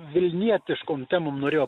vilnietiškom temom norėjau